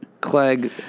Clegg